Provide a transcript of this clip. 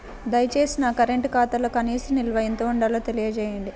దయచేసి నా కరెంటు ఖాతాలో కనీస నిల్వ ఎంత ఉండాలో తెలియజేయండి